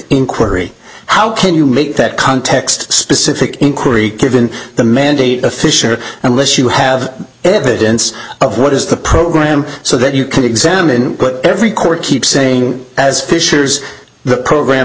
inquiry how can you make that context specific inquiry given the mandate of fisher unless you have evidence of what is the program so that you can examine every court keeps saying as fisher's the program